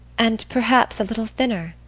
and perhaps a little thinner.